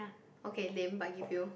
okay lame but give you